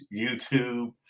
YouTube